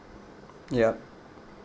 yup